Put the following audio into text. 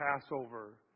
Passover